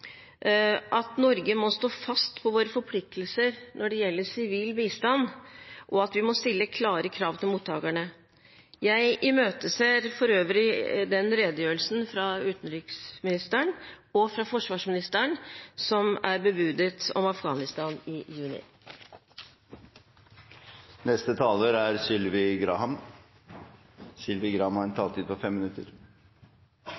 at Norge må stå fast på sine forpliktelser når det gjelder sivil bistand, og at vi må stille klare krav til mottakerne. Jeg imøteser for øvrig den redegjørelsen om Afghanistan, fra utenriksministeren og fra forsvarsministeren, som er bebudet